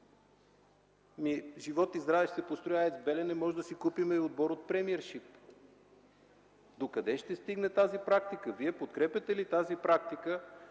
живот и здраве, ще се построи АЕЦ „Белене” и може да си купим отбор от Премиършип. Докъде ще стигне тази практика? Вие подкрепяте ли тази практика